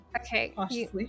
Okay